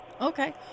Okay